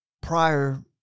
prior